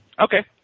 Okay